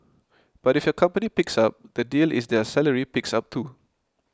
but if your company picks up the deal is their salary picks up too